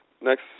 next